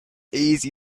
easy